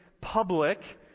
public